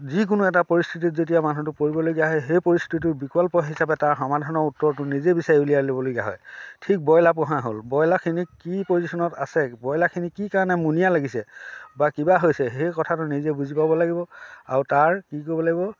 যিকোনো এটা পৰিস্থিতিত যেতিয়া মানুহটো পৰিবলগীয়া হয় সেই পৰিস্থিতিটোৰ বিকল্প হিচাপে তাৰ সামাধানৰ উত্তৰটো নিজে বিচাৰি উলিয়াই ল'বলগীয়া হয় ঠিক ব্ৰইলাৰ পোহা হ'ল ব্ৰইলাৰখিনি কি পজিশ্যনত আছে ব্ৰইলাৰখিনি কি কাৰণে মুনীয়া লাগিছে বা কিবা হৈছে সেই কথাটো নিজে বুজি পাব লাগিব আৰু তাৰ কি কৰিব লাগিব